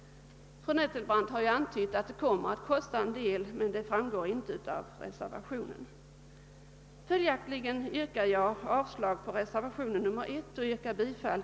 Fru Nettelbrandt har antytt att det kommer att kosta en del, men detta framgår inte av reservationen.